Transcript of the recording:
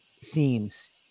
scenes